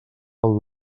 pel